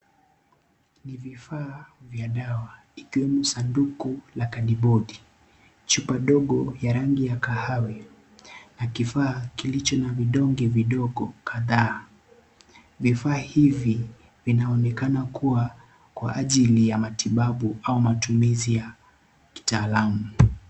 Ni vifaa vya dawa ikiwemo sanduku la kadibodi. Chupa ndogo ya rangi ya kahawia na kifaa kilicho na vidonge kidogo kadhaa. Vifaa hivi vinaonekana kuwa kwa ajili ya matibabu au matumizi ya kitaalamu.